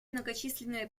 многочисленные